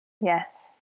Yes